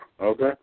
Okay